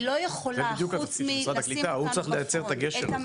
הוא צריך לייצר את הגשר הזה.